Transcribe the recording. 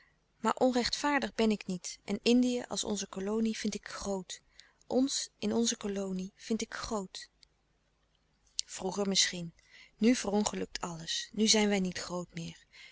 maar onrechtvaardig ben ik niet en indië als onze kolonie vind ik groot ons in onze kolonie vind ik groot vroeger misschien nu verongelukt alles nu zijn wij niet groot meer